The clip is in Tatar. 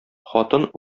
хатын